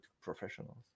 professionals